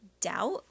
doubt